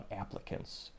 applicants